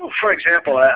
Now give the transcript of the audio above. for example,